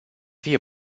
fie